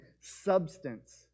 substance